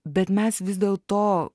bet mes vis dėlto